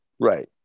Right